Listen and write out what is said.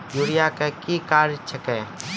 Urea का क्या कार्य हैं?